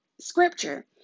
scripture